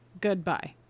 goodbye